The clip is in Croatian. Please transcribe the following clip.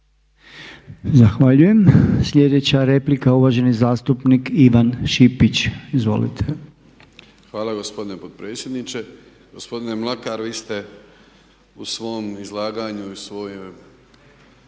Zahvaljujem. Sljedeća replika, uvaženi zastupnik Ivan Šipić. Izvolite. **Šipić, Ivan (HDZ)** Hvala gospodine potpredsjedniče. Gospodine Mlakar vi ste u svom izlaganju i u svojem